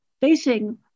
facing